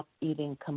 eating